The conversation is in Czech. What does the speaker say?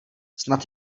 snad